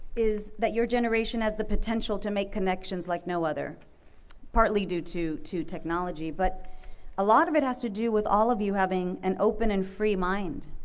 is that your generation has the potential to make connections like no other partly due to to technology, but a lot of it has to do with all of you having an open and free mind,